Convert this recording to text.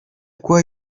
quoi